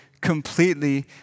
completely